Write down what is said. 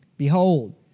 Behold